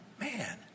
man